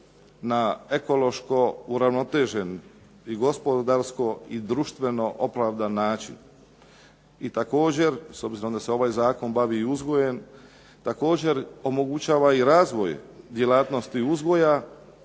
na ekološko uravnotežen i gospodarsko i društveno opravdan način. I također s obzirom da se ovaj zakon bavi uzgojem, također omogućava i razvoj djelatnosti uzgoja,